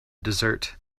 desert